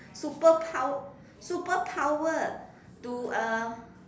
superpow~ superpower to uh